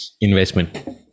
investment